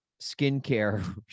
skincare